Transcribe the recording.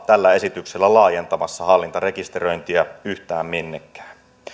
tällä esityksellä laajentamassa hallintarekisteröintiä yhtään minnekään